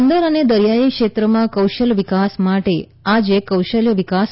બંદર અને દરિયાઇ ક્ષેત્રમાં કૌશલ્ય વિકાસ માટે આજે કૌશલ્ય વિકાસ